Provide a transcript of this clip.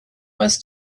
was